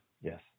Yes